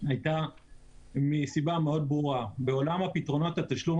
היתה מסיבה מאוד ברורה בעולם פתרונות התשלומים